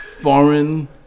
foreign